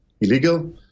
illegal